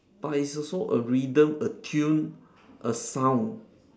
but it's also a rhythm a tune a sound